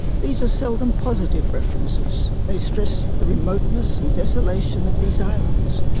these are seldom-positive references they stress the remoteness and desolation of these islands.